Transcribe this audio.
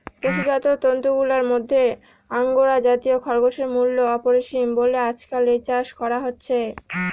পশুজাত তন্তুগুলার মধ্যে আঙ্গোরা জাতীয় খরগোশের মূল্য অপরিসীম বলে আজকাল এর চাষ করা হচ্ছে